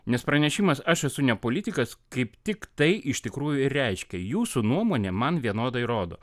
nes pranešimas aš esu ne politikas kaip tik tai iš tikrųjų ir reiškia jūsų nuomonė man vienodai rodo